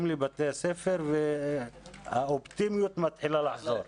לבתי הספר והאופטימיות מתחילה לחזור.